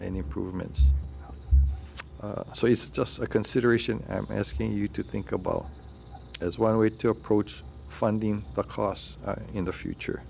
and improvements so it's just a consideration i'm asking you to think about as one way to approach funding the costs in the future